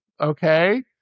Okay